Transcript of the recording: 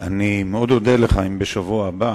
אני מאוד אודה לך אם בשבוע הבא,